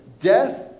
Death